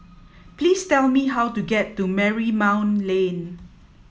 please tell me how to get to Marymount Lane